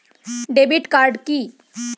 Debit card কি?